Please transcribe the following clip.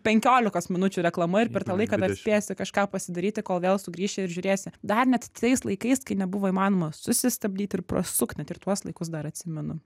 penkiolikos minučių reklama ir per tą laiką dar spėsi kažką pasidaryti kol vėl sugrįši ir žiūrėsi dar net tais laikais kai nebuvo įmanoma susistabdyti ir prasukti net ir tuos laikus dar atsimenu